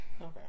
Okay